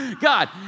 God